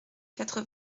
quatre